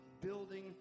building